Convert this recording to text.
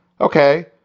Okay